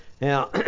now